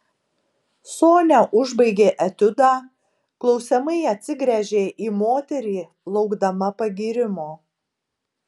sonia užbaigė etiudą klausiamai atsigręžė į moterį laukdama pagyrimo